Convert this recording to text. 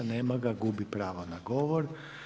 Nema ga, gubi pravo na govor.